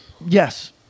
Yes